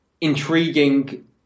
intriguing